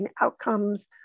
outcomes